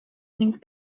ning